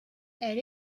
elle